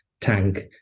tank